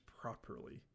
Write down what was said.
properly